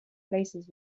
places